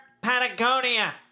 Patagonia